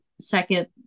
second